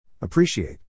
Appreciate